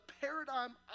paradigm